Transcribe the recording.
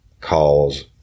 calls